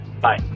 Bye